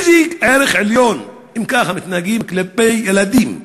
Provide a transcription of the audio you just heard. איזה ערך עליון אם ככה מתנהגים כלפי ילדים,